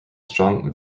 strong